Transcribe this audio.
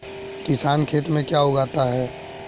किसान खेत में क्या क्या उगाता है?